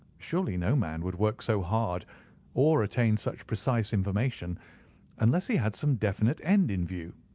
surely no man would work so hard or attain such precise information unless he had some definite end in view.